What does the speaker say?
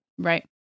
Right